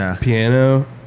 piano